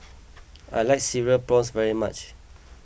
I like Cereal Prawns very much